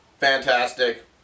fantastic